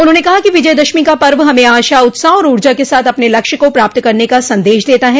उन्होंने कहा कि विजयदशमी का पर्व हमें आशा उत्साह और ऊर्जा के साथ अपने लक्ष्य को प्राप्त करने का सन्देश देता है